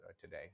today